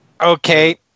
Okay